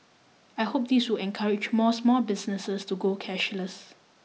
I hope this will encourage more small businesses to go cashless